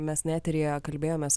mes ne eteryje kalbėjomės